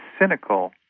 cynical